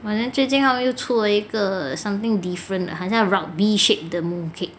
but then 最近他们又出了一个 something different 好像 rugby shape 的 mooncake